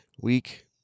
Week